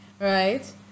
right